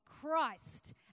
Christ